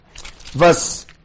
Verse